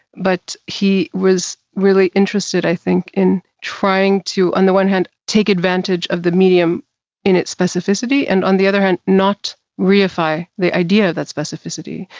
but he was really interested, i think, in trying to, on the one hand, take advantage of the medium in its specificity, and, on the other hand, not reify the idea of that specificity.